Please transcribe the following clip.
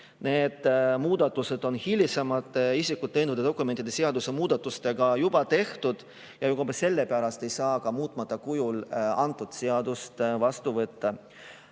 Need muudatused on hilisemate isikut tõendavate dokumentide seaduse muudatustega juba tehtud ja ka sellepärast ei saa muutmata kujul seda seadust vastu võtta.